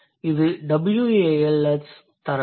இது WALS தரவு